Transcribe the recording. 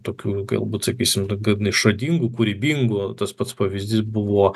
tokių galbūt sakysim gan išradingų kūrybingų tas pats pavyzdys buvo